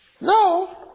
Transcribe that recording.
no